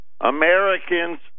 Americans